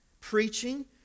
preaching